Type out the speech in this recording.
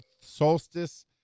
solstice